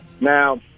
Now